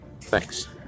Thanks